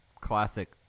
classic